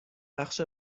بخش